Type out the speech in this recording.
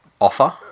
offer